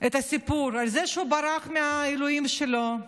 את הסיפור על זה שהוא ברח מהאלוהים שלו,